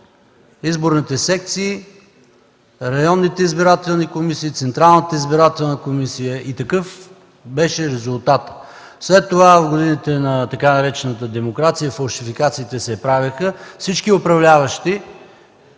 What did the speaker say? изборните секции, районните избирателни комисии, Централната избирателна комисия и такъв беше резултатът. След това в годините на така наречената демокрация, фалшификациите се правеха. Всички управляващи